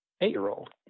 eight-year-old